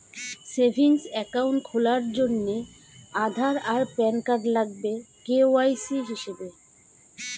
savings account খোলার জন্যে আধার আর প্যান কার্ড লাগবে কে.ওয়াই.সি হিসেবে